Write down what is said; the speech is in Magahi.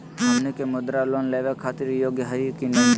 हमनी के मुद्रा लोन लेवे खातीर योग्य हई की नही?